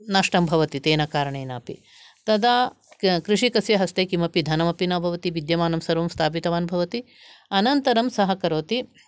नष्टं भवति तेन कारणेनापि तदा कृषिकस्य हस्ते किमपि धनमपि न भवति विद्यमानं सर्वं स्थापितवान् भवति अनन्तरं सः करोति